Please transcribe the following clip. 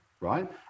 right